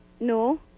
No